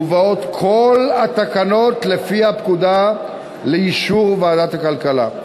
מובאות כל התקנות לפי הפקודה לאישור ועדת הכלכלה.